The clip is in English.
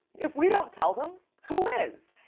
if we don't tell them, who is?